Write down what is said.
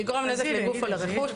לגרום נזק לגוף או לרכוש,